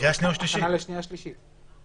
הכנה לקריאה שנייה ושלישית.